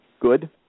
Good